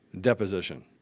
deposition